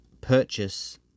purchase